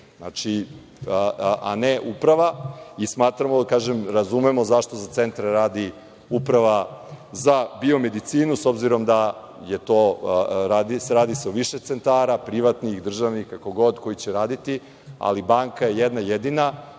a ne Uprava. Kažem, razumemo zašto za centre radi Uprava za biomedicinu, s obzirom da se radi o više centara, privatnih, državnih, kako god, koji će raditi, ali, banka je jedna jedina